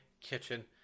kitchen